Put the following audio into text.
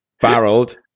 barreled